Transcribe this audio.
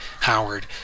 Howard